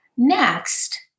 Next